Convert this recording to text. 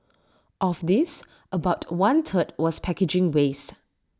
of this about one third was packaging waste